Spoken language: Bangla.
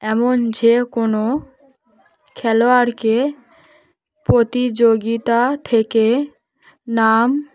এমন যে কোনো খেলোয়াড়কে প্রতিযোগিতা থেকে নাম